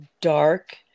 dark